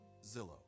zillow